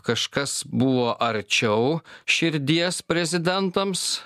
kažkas buvo arčiau širdies prezidentams